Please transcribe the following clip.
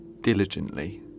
diligently